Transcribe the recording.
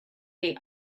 they